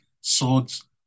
swords